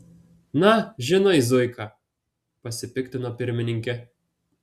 na žinai zuika pasipiktino pirmininkė